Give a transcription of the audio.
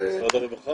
--- משרד הרווחה